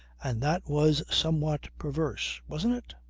and that was somewhat perverse wasn't it?